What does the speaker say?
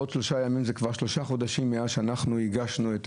בעוד שלושה ימים זה כבר שלושה חודשים מאז שאנחנו הגשנו את